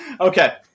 Okay